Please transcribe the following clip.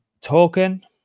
token